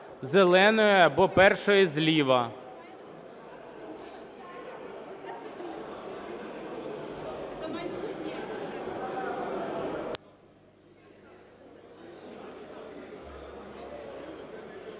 зеленої або першої зліва.